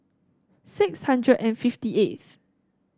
six hundred and fifty eighth